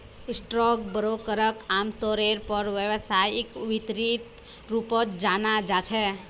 stock ब्रोकरक आमतौरेर पर व्यवसायिक व्यक्तिर रूपत जाना जा छे